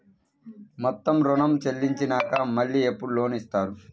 మొత్తం ఋణం చెల్లించినాక మళ్ళీ ఎప్పుడు లోన్ ఇస్తారు?